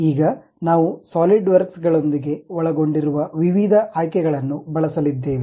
ಈಗ ನಾವು ಸಾಲಿಡ್ವರ್ಕ್ಸ್ ಗಳೊಂದಿಗೆ ಒಳಗೊಂಡಿರುವ ವಿವಿಧ ಆಯ್ಕೆಗಳನ್ನು ಬಳಸಲಿದ್ದೇವೆ